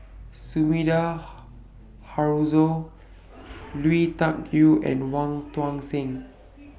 Sumida Haruzo Lui Tuck Yew and Wong Tuang Seng